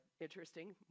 interesting